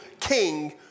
King